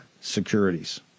securities